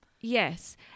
Yes